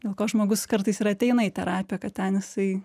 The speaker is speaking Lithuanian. dėl ko žmogus kartais ir ateina į terapiją kad ten jisai